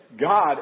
God